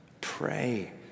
pray